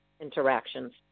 interactions